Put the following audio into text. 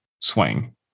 swing